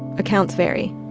accounts vary,